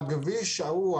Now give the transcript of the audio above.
הכביש ההוא,